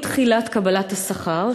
עם תחילת קבלת השכר,